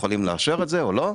שיכולים לאשר את זה או לא.